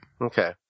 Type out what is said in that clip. Okay